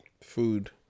Food